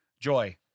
joy